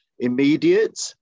immediate